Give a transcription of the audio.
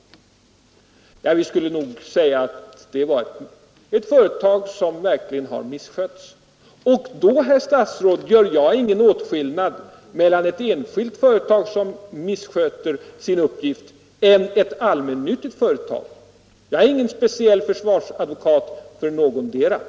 Vi skulle nog säga att det var företag som verkligen hade misskötts. Och därvid, herr statsråd, gör jag ingen åtskillnad mellan ett enskilt företag och ett allmännyttigt företag som missköter sina uppgifter. Jag är inte försvarsadvokat för någondera.